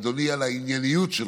אדוני, על הענייניות שלך.